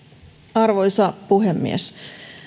arvoisa puhemies